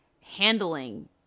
handling